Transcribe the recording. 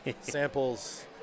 samples